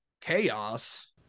Chaos